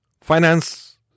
Finance